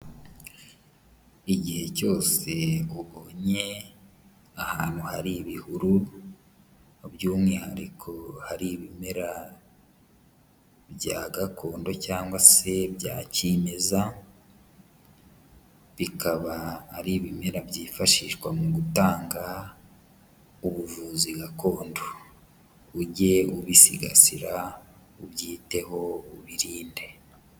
Igihe cyose ubonye ahantu hari ibihuru, by'umwihariko hari ibimera bya gakondo cyangwa se bya kimeza, bikaba ari ibimera byifashishwa mu gutanga ubuvuzi gakondo. Uge ubisigasira ubyiteho ubirinde.